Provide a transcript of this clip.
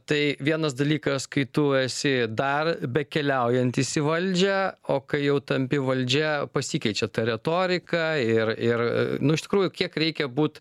tai vienas dalykas kai tu esi dar bekeliaujantis į valdžią o kai jau tampi valdžia pasikeičia ta retorika ir ir nu iš tikrųjų kiek reikia būt